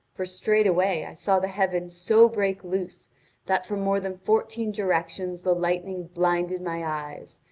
for straightway i saw the heavens so break loose that from more than fourteen directions the lightning blinded my eyes,